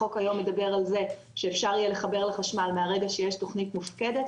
החוק היום מדבר על זה שאפשר יהיה לחבר לחשמל מהרגע שיש תוכנית מופקדת